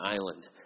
island